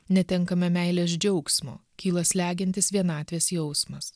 netenkame meilės džiaugsmo kyla slegiantis vienatvės jausmas